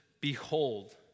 Behold